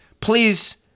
please